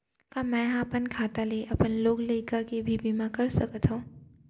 का मैं ह अपन खाता ले अपन लोग लइका के भी बीमा कर सकत हो